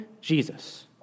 Jesus